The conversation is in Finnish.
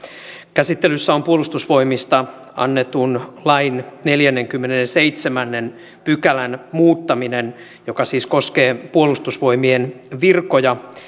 käsittelyssä on puolustusvoimista annetun lain neljännenkymmenennenseitsemännen pykälän muuttaminen joka siis koskee puolustusvoimien virkoja